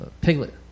Piglet